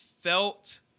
felt